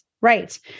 right